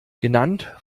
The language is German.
genannt